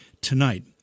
tonight